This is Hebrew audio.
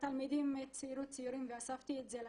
התלמידים ציירו ציורים ואספתי אותם.